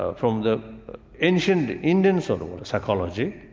ah from the ancient indian sort of psychology,